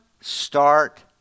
start